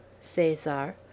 cesar